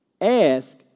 Ask